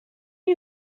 you